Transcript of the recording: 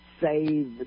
save